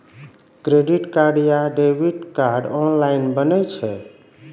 Credit card या debit card online बनै छै?